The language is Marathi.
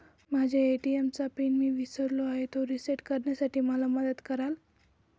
माझ्या ए.टी.एम चा पिन मी विसरलो आहे, तो रिसेट करण्यासाठी मला मदत कराल?